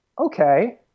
Okay